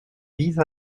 vise